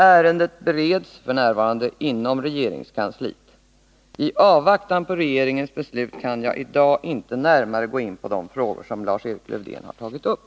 Ärendet bereds f. n. inom regeringskansliet. I avvaktan på regeringens beslut kan jag i dag inte närmare gå in på de frågor som Lars-Erik Lövdén har tagit upp.